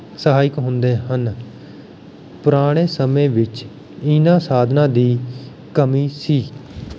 ਸਹਾਇਕ ਹੁੰਦੇ ਹਨ ਪੁਰਾਣੇ ਸਮੇਂ ਵਿੱਚ ਇਹਨਾਂ ਸਾਧਨਾਂ ਦੀ ਕਮੀ ਸੀ